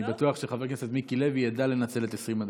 אני בטוח שחבר הכנסת מיקי לוי ידע לנצל את 20 הדקות.